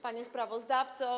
Panie Sprawozdawco!